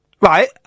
Right